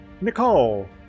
Nicole